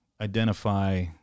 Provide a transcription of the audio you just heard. identify